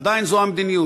עדיין זו המדיניות,